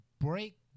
break